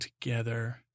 together